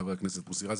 חבר הכנסת מוסי רז,